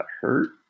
hurt